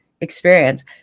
experience